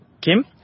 Kim